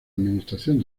administración